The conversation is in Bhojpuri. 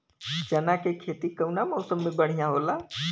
चना के खेती कउना मौसम मे बढ़ियां होला?